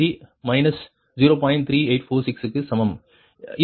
3846 க்கு சமம் இது இப்படி வரும்